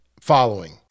following